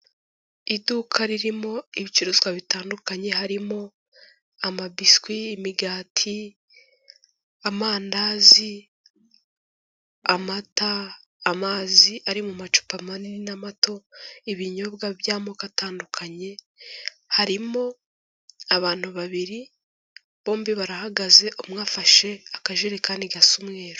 Iduka ririmo ibicuruzwa bitandukanye harimo amabiswi, imigati, amandazi, amata, amazi ari mu macupa manini n'amato. ibinyobwa by'amoko atandukanye, harimo abantu babiri bombi barahagaze umwe afashe akajerekani gasa umweru.